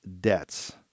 debts